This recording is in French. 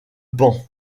pan